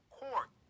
court